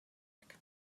back